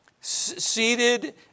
seated